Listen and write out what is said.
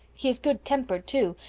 he is good-tempered too,